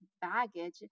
baggage